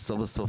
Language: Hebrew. בסוף-בסוף,